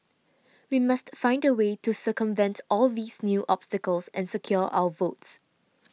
we must find a way to circumvent all these new obstacles and secure our votes